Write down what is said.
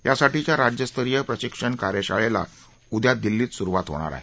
यासाठीच्या राज्य स्तरीय प्रशिक्षण कार्यशाळेला उद्या दिल्लीत सुरुवात होणार आहे